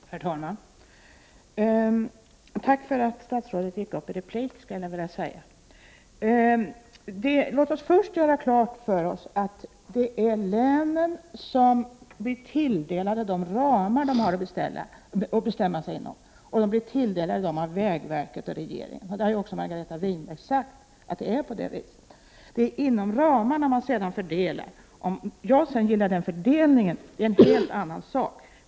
Herr talman! Tack för att statsrådet gick upp i replik! Låt oss först göra klart för oss att länen av vägverket och regeringen blir tilldelade de ramar inom vilka de har att fatta beslut. Att det är på det viset har också Margareta Winberg bekräftat. Det är inom dessa ramar man sedan fördelar pengarna. Om jag gillar den fördelningen är sedan en helt annan sak.